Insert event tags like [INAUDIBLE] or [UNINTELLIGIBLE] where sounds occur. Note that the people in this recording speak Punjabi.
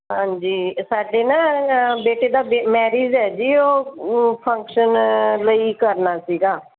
ਹਾਂਜੀ ਸਾਡੇ ਨਾ ਬੇਟੇ ਦਾ [UNINTELLIGIBLE] ਮੈਰੀਜ ਹੈ ਜੀ ਉਹ ਉਹ ਫੰਕਸ਼ਨ ਲਈ ਕਰਨਾ ਸੀ